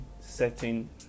setting